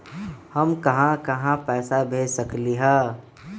हम कहां कहां पैसा भेज सकली ह?